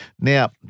now